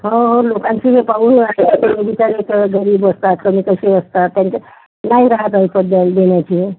हो हो लोकांची हे पाहू कोणी बिचारे घरी बसतात कोणी कसे असतात त्यांच्यात नाही रहात ऐपत दे देण्याची